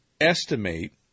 estimate